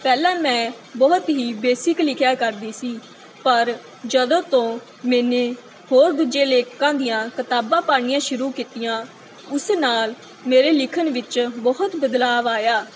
ਪਹਿਲਾਂ ਮੈਂ ਬਹੁਤ ਹੀ ਬੇਸਿਕ ਲਿਖਿਆ ਕਰਦੀ ਸੀ ਪਰ ਜਦੋਂ ਤੋਂ ਮੈਨੇ ਹੋਰ ਦੂਜੇ ਲੇਖਕਾਂ ਦੀਆਂ ਕਿਤਾਬਾਂ ਪੜ੍ਹਨੀਆਂ ਸ਼ੁਰੂ ਕੀਤੀਆਂ ਉਸ ਨਾਲ ਮੇਰੇ ਲਿਖਣ ਵਿੱਚ ਬਹੁਤ ਬਦਲਾਅ ਆਇਆ